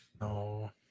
No